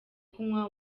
kunywa